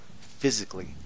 physically